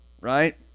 right